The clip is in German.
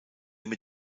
mit